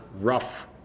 rough